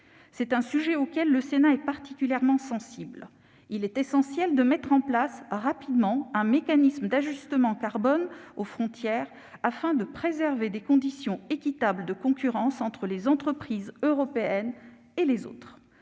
C'est un sujet auquel le Sénat est particulièrement sensible. Il est essentiel de mettre en place rapidement un mécanisme d'ajustement carbone aux frontières, afin de préserver des conditions équitables de concurrence entre les entreprises européennes et les autres,